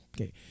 okay